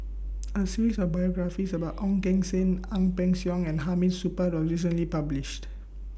A series of biographies about Ong Keng Sen Ang Peng Siong and Hamid Supaat was recently published